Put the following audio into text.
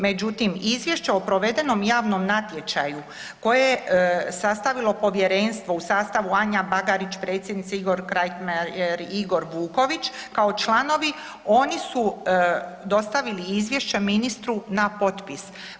Međutim, Izvješće o provedenom javnom natječaju koje je sastavilo Povjerenstvo u sastavu Anja Bagarić, predsjednica, Igor … [[ne razumije se]] Igor Vuković kao članovi oni su dostavili izvješće ministru na potpis.